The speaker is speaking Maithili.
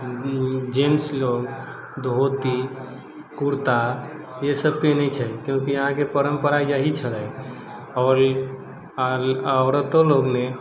जेन्टस लोक धोती कुर्ता ई सब पहिनै छै किएक कि यहाँके परम्परा यही छलै आओर औरतो लोकनि